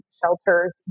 shelters